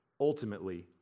ultimately